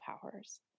powers